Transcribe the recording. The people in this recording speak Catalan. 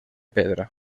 pedra